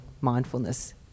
mindfulness